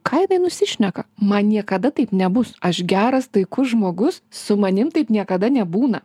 ką jinai nusišneka man niekada taip nebus aš geras taikus žmogus su manim taip niekada nebūna